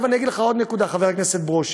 עכשיו אני אגיד לך עוד נקודה, חבר הכנסת ברושי.